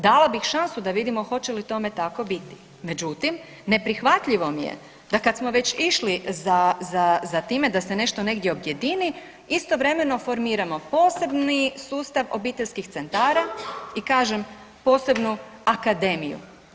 Dala bih šansu da vidimo hoće li tome tako biti, međutim ne prihvatljivo mi je da kad smo već išli za time da se nešto negdje objedini, istovremeno formiramo posebni sustav obiteljskih centara i kažem posebnu Akademiju.